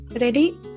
ready